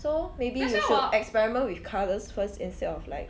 so maybe you should experiment with colours first instead of like